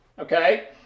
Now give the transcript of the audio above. Okay